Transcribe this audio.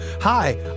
Hi